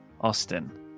Austin